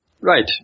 Right